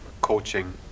coaching